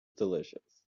delicious